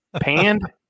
Panned